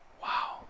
Wow